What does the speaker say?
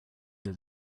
that